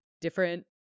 different